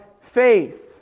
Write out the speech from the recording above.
faith